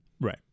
Right